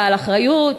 בעל אחריות.